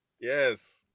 Yes